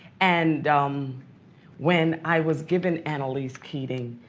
and um when i was given annalise keating,